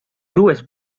dues